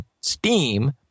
steam